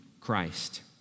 Christ